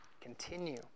Continue